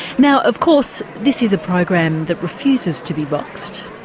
now of course this is a program that refuses to be boxed,